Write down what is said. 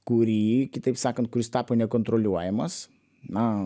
kurį kitaip sakant kuris tapo nekontroliuojamas na